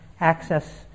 access